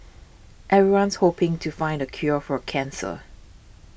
everyone's hoping to find the cure for cancer